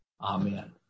Amen